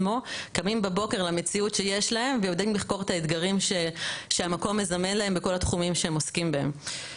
נכון יש מכון ירושלים שאוסף data באופן סיסטמתי על החברה